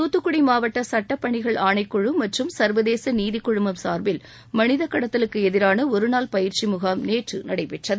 தூத்துக்குடி மாவட்ட சுட்டப் பணிகள் ஆணைக்குழு மற்றும் சா்வதேச நீதி குழுமம் சாா்பில் மனித கடத்தலுக்கு எதிரான ஒருநாள் பயிற்சி முகாம் நேற்று நடைபெற்றது